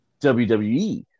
WWE